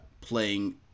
playing